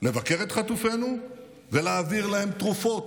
לבקר את חטופינו ולהעביר להם תרופות.